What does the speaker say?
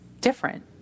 different